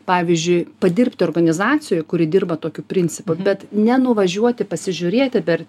pavyzdžiui padirbti organizacijoj kuri dirba tokiu principu bet ne nuvažiuoti pasižiūrėti per